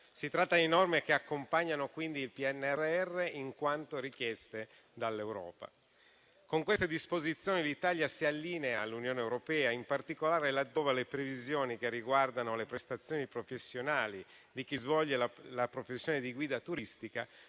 Si tratta di norme che accompagnano quindi il PNNR in quanto richieste dall'Europa. Con queste disposizioni, l'Italia si allinea all'Unione europea, in particolare laddove le previsioni che riguardano le prestazioni professionali di chi svolge la professione di guida turistica